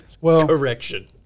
Correction